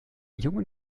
jungen